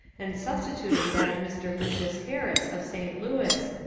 and substituting that of mr. lucius harris, of st. louis,